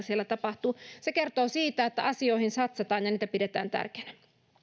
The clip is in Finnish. siellä tapahtuu se kertoo siitä että asioihin satsataan ja niitä pidetään tärkeinä